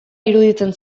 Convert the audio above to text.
iruditzen